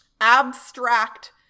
abstract